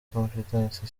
confidence